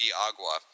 Agua